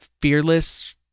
fearless